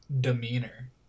demeanor